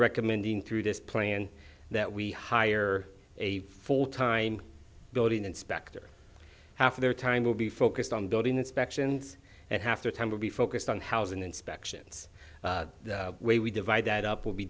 recommending through this plan that we hire a full time building inspector half of their time will be focused on building inspections and have to time to be focused on housing inspections the way we divide that up will be